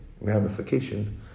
ramification